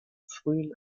frühen